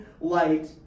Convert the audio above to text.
light